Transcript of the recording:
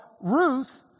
Ruth